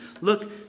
Look